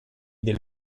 del